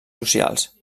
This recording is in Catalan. socials